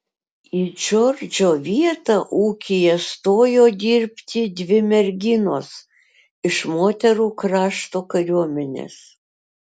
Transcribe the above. į džordžo vietą ūkyje stojo dirbti dvi merginos iš moterų krašto kariuomenės